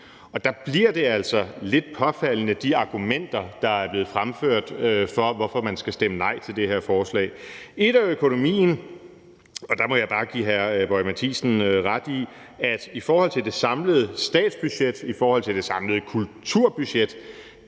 sig selv en værdi. Der bliver de argumenter, der er blevet fremført, for, at man skal stemme nej til det her forslag, altså lidt påfaldende. Et er økonomien, og der må jeg bare give hr. Lars Boje Mathiesen ret i, at i forhold til det samlede statsbudget og i forhold til det samlede kulturbudget